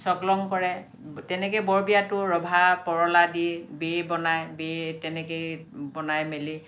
চকলং কৰে তেনেকৈ বৰ বিয়াতো ৰভা পৰলা দি বেই বনায় বেই তেনেকৈ বনাই মেলি